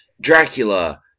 Dracula